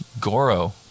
Goro